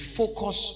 focus